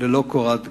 ללא קורת גג.